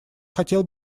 хотел